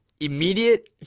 immediate